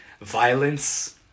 violence